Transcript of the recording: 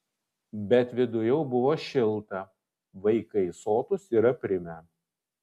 bet viduj jau buvo šilta vaikai sotūs ir aprimę